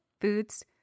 foods